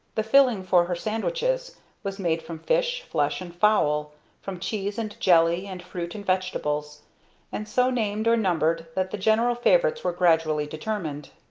the filling for her sandwiches was made from fish, flesh, and fowl from cheese and jelly and fruit and vegetables and so named or numbered that the general favorites were gradually determined.